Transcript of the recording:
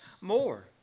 more